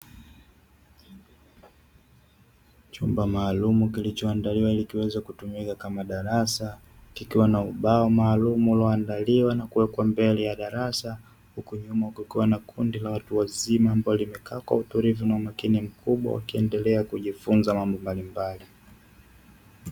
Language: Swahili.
Chumba maalumu kilichoandaliwa ili kiweze kutumika kama darasa kikiwa na ubao maalumu ulioandaliwa na kuwekwa mbele ya darasa huku nyuma kukiwa na kundi la watu wazima ambalo limekaa utulivu na umakini mkubwa wakiendelea kujifunza mambo mbalimbali.